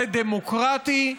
זה דמוקרטי.